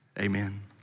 amen